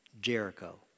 Jericho